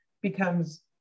becomes